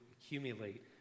accumulate